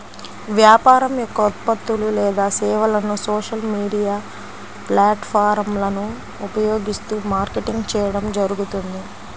వ్యాపారం యొక్క ఉత్పత్తులు లేదా సేవలను సోషల్ మీడియా ప్లాట్ఫారమ్లను ఉపయోగిస్తూ మార్కెటింగ్ చేయడం జరుగుతుంది